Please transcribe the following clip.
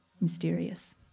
mysterious